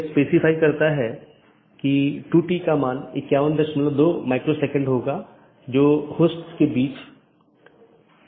यह feature BGP साथियों को एक ही विज्ञापन में कई सन्निहित रूटिंग प्रविष्टियों को समेकित करने की अनुमति देता है और यह BGP की स्केलेबिलिटी को बड़े नेटवर्क तक बढ़ाता है